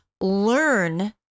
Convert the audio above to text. learn